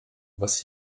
was